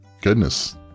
goodness